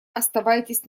оставайтесь